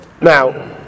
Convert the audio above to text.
Now